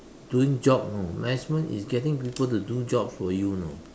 doing job you know management is getting people to do jobs for you you know